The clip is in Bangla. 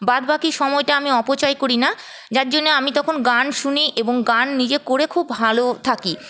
বাদবাকি সময়টা আমি অপচয় করি না যার জন্য আমি তখন গান শুনি এবং গান নিজে করে খুব ভালো থাকি